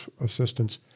assistance